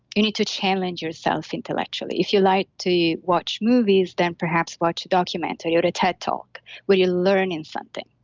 you need to challenge yourself intellectually. if you like to watch movies, then perhaps watch a documentary or a ted talk where you're learning something.